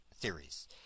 theories